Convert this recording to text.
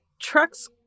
trucks